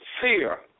fear